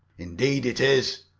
indeed it is,